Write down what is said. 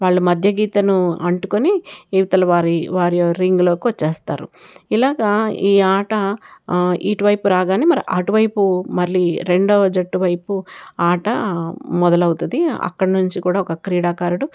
వాళ్ళ మధ్యగీతను అంటుకుని ఇవతల వారి వారి రింగ్లోకి వచ్చేస్తారు ఇలాగ ఈ ఆట ఇటువైపు రాగానే మరి అటువైపు మళ్లీ రెండో జట్టు వైపు ఆట మొదలవుతుంది అక్కడి నుంచి కూడా ఒక క్రీడాకారుడు